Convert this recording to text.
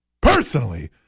Personally